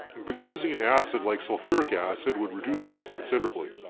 but using an acid like sulfuric acid would reduce the risk considerably.